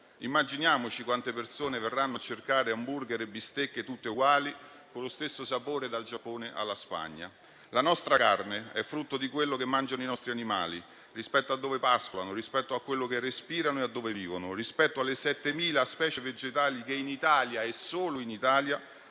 Immaginiamoci quante persone verranno a cercare *hamburger* e bistecche tutte uguali, con lo stesso sapore dal Giappone alla Spagna. La nostra carne è frutto di quello che mangiano i nostri animali, rispetto a dove pascolano, rispetto a quello che respirano e a dove vivono, rispetto alle 7.000 specie vegetali che in Italia, e solo in Italia,